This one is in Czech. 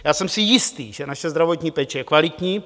Já jsem si jist, že naše zdravotní péče je kvalitní.